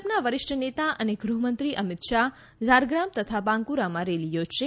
ભાજપાના વરિષ્ઠ નેતા અને ગૃહમંત્રી અમિત શાહ ઝારગ્રામ તથા બાંકુરામાં રેલી યોજશે